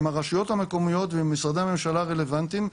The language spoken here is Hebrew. עם הרשויות המקומיות ועם משרדי הממשלה הרלוונטיים.